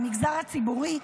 במגזר הציבורי,